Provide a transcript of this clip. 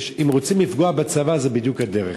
אם רוצים לפגוע בצבא, זו בדיוק הדרך: